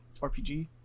RPG